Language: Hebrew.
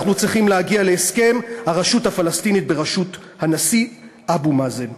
אנחנו צריכים להגיע להסכם: הרשות הפלסטינית בראשות הנשיא אבו מאזן.